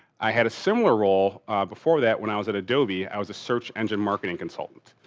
i had a similar role before that when i was at adobe. i was a search engine marketing consultant.